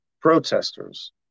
protesters